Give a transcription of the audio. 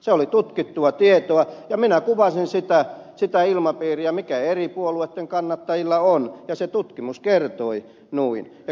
se oli tutkittua tietoa ja minä kuvasin sitä ilmapiiriä mikä eri puolueitten kannattajilla on ja se tutkimus kertoi noin